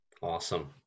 Awesome